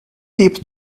deep